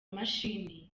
imashini